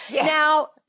Now